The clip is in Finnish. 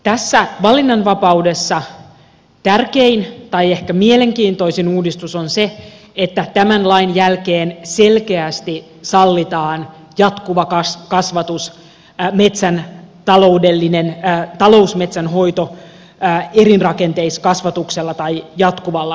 tässä valinnanvapaudessa tärkein tai ehkä mielenkiintoisin uudistus on se että tämän lain jälkeen selkeästi sallitaan jatkuva kasvatus talousmetsän hoito erirakenteisella kasvatuksella tai jatkuvalla kasvatuksella